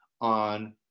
on